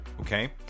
okay